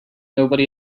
nobody